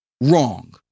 wrong